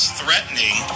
threatening